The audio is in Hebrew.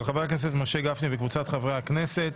של חבר הכנסת משה גפני וקבוצת חברי כנסת.